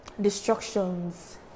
destructions